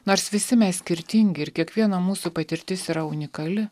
nors visi mes skirtingi ir kiekvieno mūsų patirtis yra unikali